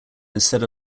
instead